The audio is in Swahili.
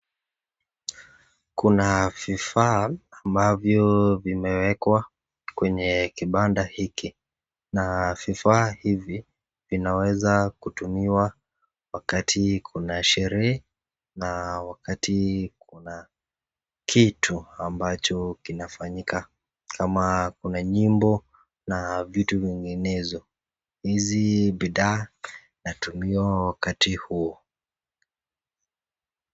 Kuna vifaa ambavyo vimewekwa kwa kibanda hiki na vifaa hivi vinaweza kutumiwa wakati kuna sherehe na wakati kuna kitu ambacho kinafanyika. Kama kuna nyimbo na vitu vinginezo, hizi bidhaa zinatumiwa wakati huo.